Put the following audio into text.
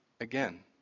again